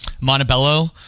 Montebello